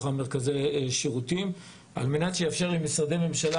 מרכזי השירותים על מנת לאפשר למשרדי ממשלה,